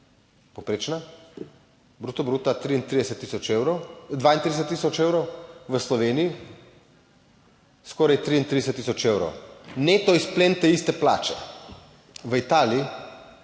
povprečna bruto bruta 33 tisoč evrov, 32 tisoč evrov, v Sloveniji skoraj 33 tisoč evrov. Neto izplen te iste plače v Italiji